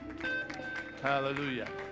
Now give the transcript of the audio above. Hallelujah